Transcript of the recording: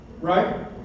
Right